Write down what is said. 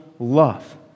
Love